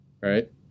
right